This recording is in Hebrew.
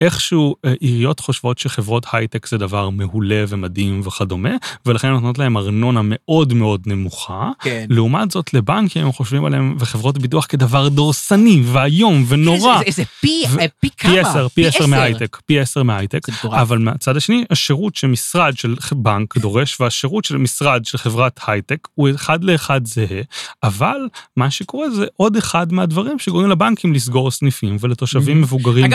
איכשהו עיריות חושבות שחברות הייטק זה דבר מעולה ומדהים וכדומה, ולכן נותנות להם ארנונה מאוד מאוד נמוכה. כן. לעומת זאת לבנקים חושבים עליהם וחברות ביטוח כדבר דורסני, ואיום ונורא... איזה פי כמה? פי עשר מהייטק, פי עשר מהייטק. אבל מהצד השני, השירות שמשרד של בנק דורש, והשירות של משרד של חברת הייטק הוא אחד לאחד זהה, אבל מה שקורה זה עוד אחד מהדברים שגורם לבנקים לסגור סניפים ולתושבים מבוגרים.